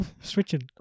switching